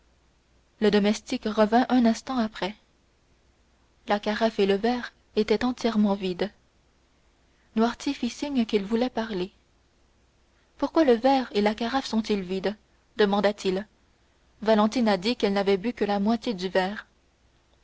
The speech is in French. le domestique revint un instant après la carafe et le verre étaient entièrement vides noirtier fit signe qu'il voulait parler pourquoi le verre et la carafe sont-ils vides demanda-t-il valentine a dit qu'elle n'avait bu que la moitié du verre